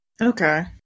Okay